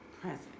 present